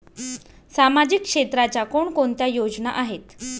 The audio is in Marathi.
सामाजिक क्षेत्राच्या कोणकोणत्या योजना आहेत?